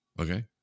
okay